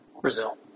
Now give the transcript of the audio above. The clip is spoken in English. Brazil